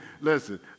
Listen